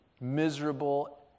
miserable